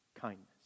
kindness